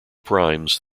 primes